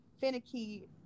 finicky